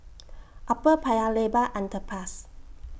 Upper Paya Lebar Underpass